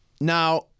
Now